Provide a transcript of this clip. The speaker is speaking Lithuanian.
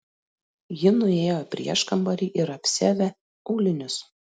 ji nuėjo į prieškambarį ir apsiavė aulinius